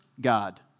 God